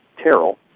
Terrell